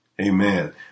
Amen